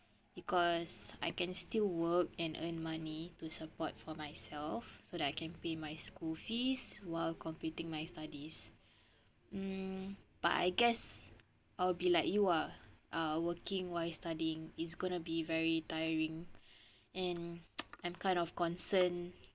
because I can still work and earn money to support for myself so that I can pay my school fees while completing my studies mm but I guess I'll be like you ah uh working while studying is gonna be very tiring and I'm kind of concerned